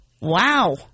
wow